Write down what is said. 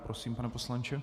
Prosím, pane poslanče.